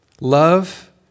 love